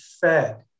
fed